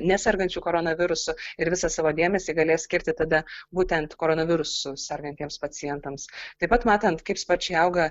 nesergančių koronavirusu ir visą savo dėmesį galės skirti tada būtent koronavirusu sergantiems pacientams taip pat matant kaip sparčiai auga